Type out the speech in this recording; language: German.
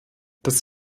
das